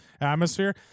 atmosphere